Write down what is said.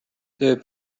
töö